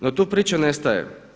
No tu priča nestaje.